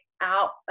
out